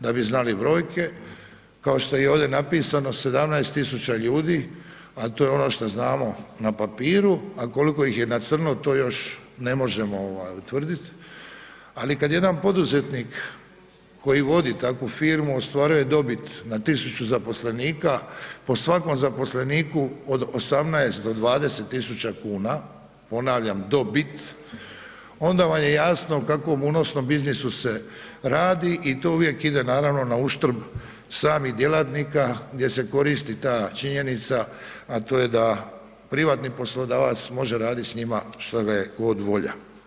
Da bi znali brojke, kao što je i ovdje napisano 17.000, a to je ono šta znamo na papiru, a koliko ih je na crno, to još ne možemo utvrditi, ali kada jedan poduzetnik koji vodi takvu firmu ostvaruje dobit na tisuću zaposlenika po svakom zaposleniku od 18 do 20.000 kuna, ponavljam dobit, onda vam je jasno o kakvom unosnom biznisu se radi i to uvijek ide naravno na uštrb samih djelatnika gdje se koristi ta činjenica, a to je da privatni poslodavac može raditi s njima šta ga je god volja.